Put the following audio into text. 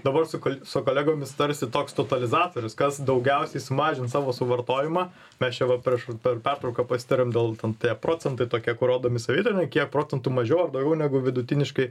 dabar su su kolegomis tarsi toks totalizatorius kas daugiausiai sumažins savo suvartojimą mes čia va prieš per per pertrauką pasitarėm dėl ten tie procentai tokie kur rodomi savitarnoj kiek procentų mažiau ar daugiau negu vidutiniškai